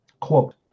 Quote